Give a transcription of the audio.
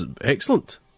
excellent